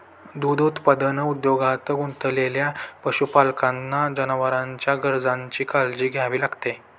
दूध उत्पादन उद्योगात गुंतलेल्या पशुपालकांना जनावरांच्या गरजांची काळजी घ्यावी लागते